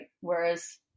Whereas